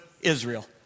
Israel